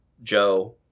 Joe